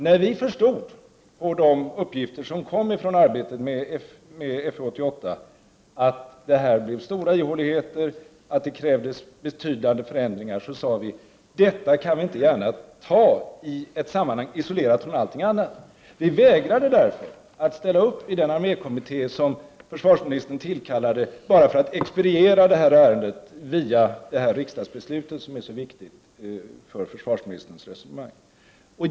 När vi på de uppgifter som kom från arbetet med FU 88 förstod att det här blev stora ihåligheter och att det krävdes betydande förändringar sade vi: Detta kan vi inte gärna ta i ett sammanhang, isolerat från allt annat. Vi vägrade därför att ställa upp i den armékommitté som försvarsministern tillkallade bara för att expediera det här ärendet via dagens riksdagsbeslut, som är så viktigt för försvarsministerns resonemang.